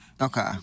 Okay